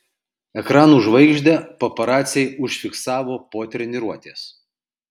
ekranų žvaigždę paparaciai užfiksavo po treniruotės